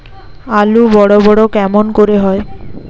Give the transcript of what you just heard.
আলু বড় বড় কেমন করে হয়?